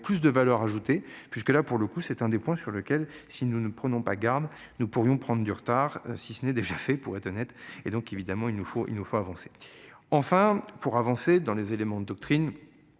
plus de valeur ajoutée puisque là pour le coup, c'est un des points sur lequel si nous ne prenons pas garde, nous pourrions prendre du retard. Si ce n'est déjà fait pour être honnête, et donc évidemment il nous faut, il nous faut avancer enfin pour avancer dans les éléments de doctrine.